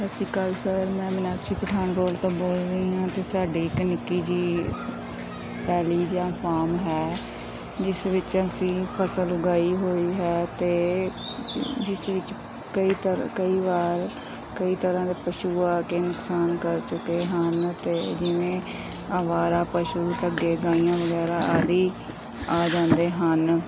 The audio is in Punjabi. ਸਤਿ ਸ਼੍ਰੀ ਅਕਾਲ ਸਰ ਮੈਂ ਮਿਨਾਕਸ਼ੀ ਪਠਾਨਕੋਟ ਤੋਂ ਬੋਲ ਰਹੀ ਹਾਂ ਅਤੇ ਸਾਡੀ ਇੱਕ ਨਿੱਕੀ ਜਿਹੀ ਪੈਲੀ ਜਾਂ ਫਾਰਮ ਹੈ ਜਿਸ ਵਿੱਚ ਅਸੀਂ ਫਸਲ ਉਗਾਈ ਹੋਈ ਹੈ ਅਤੇ ਜਿਸ ਵਿੱਚ ਕਈ ਤਰ੍ਹਾਂ ਕਈ ਵਾਰ ਕਈ ਤਰ੍ਹਾਂ ਦੇ ਪਸ਼ੂ ਆ ਕੇ ਨੁਕਸਾਨ ਕਰ ਚੁੱਕੇ ਹਨ ਅਤੇ ਜਿਵੇਂ ਅਵਾਰਾ ਪਸ਼ੂ ਅੱਗੇ ਗਾਈਆਂ ਵਗੈਰਾ ਆਦਿ ਆ ਜਾਂਦੇ ਹਨ